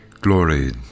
Glory